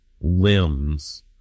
limbs